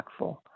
impactful